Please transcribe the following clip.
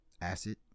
acid